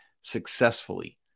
successfully